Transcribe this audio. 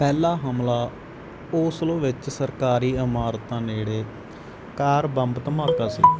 ਪਹਿਲਾ ਹਮਲਾ ਓਸਲੋ ਵਿੱਚ ਸਰਕਾਰੀ ਇਮਾਰਤਾਂ ਨੇੜੇ ਕਾਰ ਬੰਬ ਧਮਾਕਾ ਸੀ